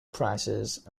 prices